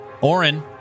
Oren